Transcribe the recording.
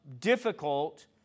difficult